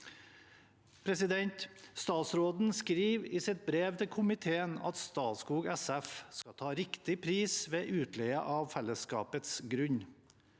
eierstyring. Statsråden skriver i sitt brev til komiteen at Statskog SF skal ta riktig pris ved utleie av fellesskapets grunn.